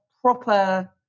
proper